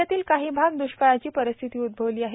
राज्यातील काही भागात द्रष्काळाची परिस्थिती उद्भवली आहे